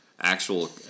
actual